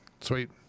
Sweet